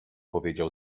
powiedział